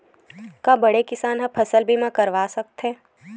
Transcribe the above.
का बड़े किसान ह फसल बीमा करवा सकथे?